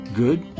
good